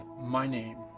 my name